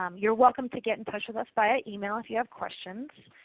um you are welcome to get in touch with us via email if you have questions.